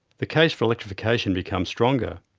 the case for electrification becomes stronger.